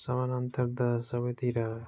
सामनन्तरता सबैतिर